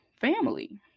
family